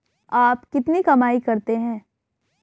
आप कितनी कमाई करते हैं?